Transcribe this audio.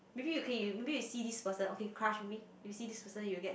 maybe you okay you maybe see this person okay crush maybe you see this person you will get